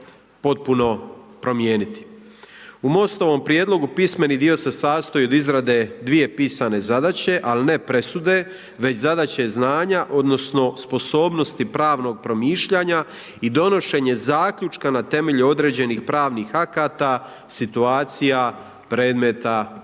potpuno promijeniti. U MOST-ovom prijedlogu pismeni dio se sastoji od izrade dvije pisane zadaće ali ne presude već zadaće znanja odnosno sposobnosti pravnog promišljanja i donošenje zaključka na temelju određenih pravnih akata, situacija, predmeta